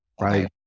right